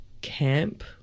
camp